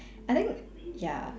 I think ya